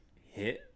hit